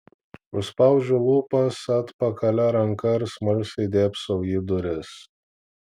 užspaudžiu lūpas atpakalia ranka ir smalsiai dėbsau į duris